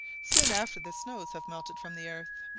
soon after the snows have melted from the earth.